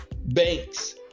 banks